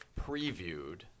previewed